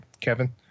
kevin